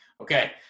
Okay